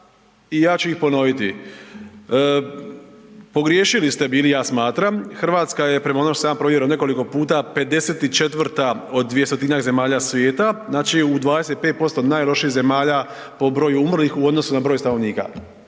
i ja ću ih ponoviti. Pogriješili ste bili ja smatram, Hrvatska je prema onome što sam ja provjerio nekoliko puta 54 od 200-tinjak zemalja svijeta, znači u 25% najlošijih zemalja po broju umrlih u odnosu na broj stanovnika.